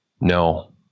No